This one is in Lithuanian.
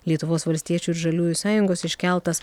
lietuvos valstiečių ir žaliųjų sąjungos iškeltas